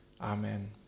Amen